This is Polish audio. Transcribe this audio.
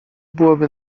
byłoby